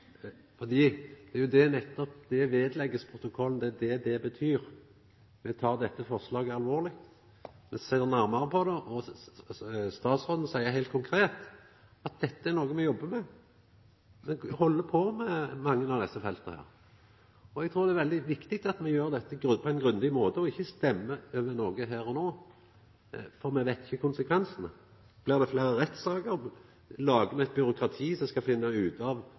Det er jo nettopp det «vedlegges protokollen» betyr: Me tek dette forslaget alvorleg, og me ser nærmare på det. Statsråden seier heilt konkret at dette er noko me jobbar med. Me held på med mange av desse felta. Eg trur det er veldig viktig at me gjer dette på ein grundig måte og ikkje stemmer over noko her og no – for me veit ikkje konsekvensane. Blir det fleire rettssaker? Lagar me eit byråkrati som skal finna ut av